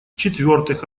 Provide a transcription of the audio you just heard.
четвертых